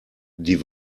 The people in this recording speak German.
die